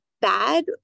bad